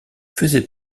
faisait